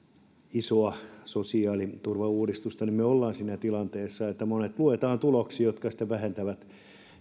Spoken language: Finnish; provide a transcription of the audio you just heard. isoa sosiaaliturvauudistusta me olemme siinä tilanteessa että monet luetaan tuloksiin jotka sitten vähentävät